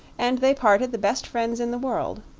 and they parted the best friends in the world.